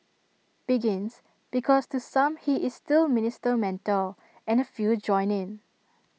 begins because to some he is still minister mentor and A few join in